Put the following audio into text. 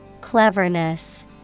Cleverness